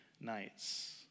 nights